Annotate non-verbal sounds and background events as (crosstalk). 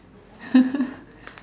(laughs)